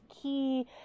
key